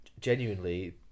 genuinely